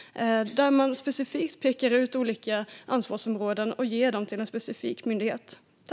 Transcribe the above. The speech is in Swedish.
Man pekar där ut olika ansvarsområden och ger dem till en specifik myndighet.